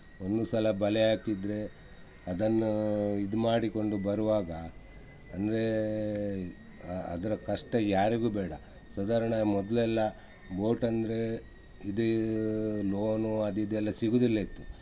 ಒಂದು ಸಲ ಬಲೆ ಹಾಕಿದ್ರೆ ಅದನ್ನು ಇದು ಮಾಡಿಕೊಂಡು ಬರುವಾಗ ಅಂದ್ರೆ ಅದರ ಕಷ್ಟ ಯಾರಿಗೂ ಬೇಡ ಸಾಧಾರಣ ಮೊದಲೆಲ್ಲ ಬೋಟ್ ಅಂದ್ರೆ ಇದು ಲೋನು ಅದು ಇದೆಲ್ಲ ಸಿಗುದಿಲ್ಲಾಗಿತ್ತು